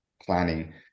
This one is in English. planning